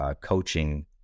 coaching